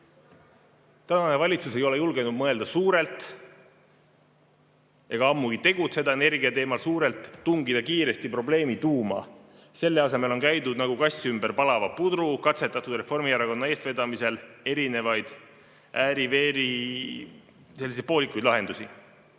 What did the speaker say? Tänane valitsus ei ole julgenud mõelda suurelt, ammugi mitte tegutseda energia teemal suurelt, tungida kiiresti probleemi tuuma. Selle asemel on käidud nagu kass ümber palava pudru, katsetatud Reformierakonna eestvedamisel erinevaid, ääri-veeri selliseid poolikuid lahendusi.